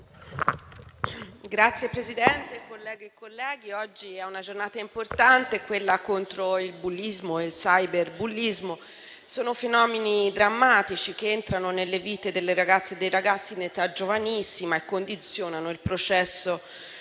Signor Presidente, colleghe e colleghi, oggi è una giornata importante, quella contro il bullismo e il cyberbullismo. Sono fenomeni drammatici che entrano nelle vite delle ragazze e dei ragazzi in età giovanissima e condizionano il processo di